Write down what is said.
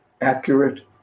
accurate